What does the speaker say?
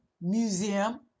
museum